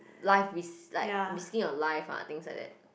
life risk like risking a life ah things like that